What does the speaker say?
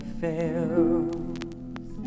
fails